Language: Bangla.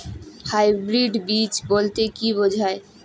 হাইব্রিড বীজ বলতে কী বোঝায়?